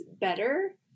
better